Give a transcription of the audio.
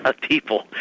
people